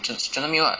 trans~ transfer me what